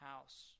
house